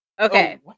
Okay